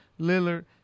Lillard